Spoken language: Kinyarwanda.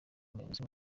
umuyobozi